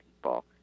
people